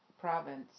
province